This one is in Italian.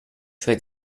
suoi